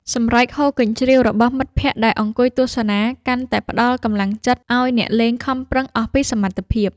សម្រែកហ៊ោរកញ្ជ្រៀវរបស់មិត្តភក្តិដែលអង្គុយទស្សនា កាន់តែផ្ដល់កម្លាំងចិត្តឱ្យអ្នកលេងខំប្រឹងអស់ពីសមត្ថភាព។